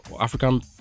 African